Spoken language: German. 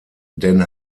den